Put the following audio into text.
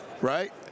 Right